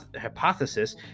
hypothesis